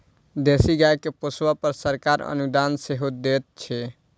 देशी गाय के पोसअ पर सरकार अनुदान सेहो दैत छै